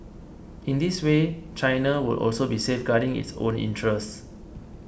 in this way China will also be safeguarding its own interests